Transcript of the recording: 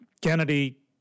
Kennedy